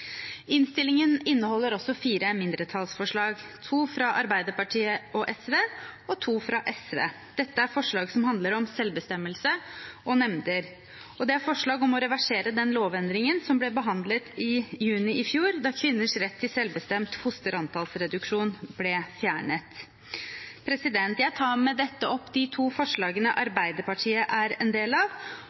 Innstillingen inneholder også fire mindretallsforslag, to fra Arbeiderpartiet og SV og to fra SV. Dette er forslag som handler om selvbestemmelse og nemnder, og det er forslag om å reversere den lovendringen som ble behandlet i juni i fjor, da kvinners rett til selvbestemt fosterantallsreduksjon ble fjernet. Jeg tar med dette opp de to forslagene Arbeiderpartiet er en del av.